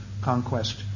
conquest